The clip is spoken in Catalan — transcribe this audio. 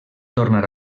tornar